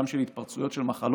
גם של התפרצויות של מחלות,